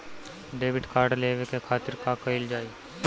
Debit card लेवे के खातिर का कइल जाइ?